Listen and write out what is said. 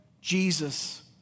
Jesus